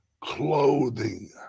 Clothing